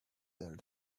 there